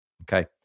Okay